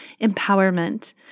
empowerment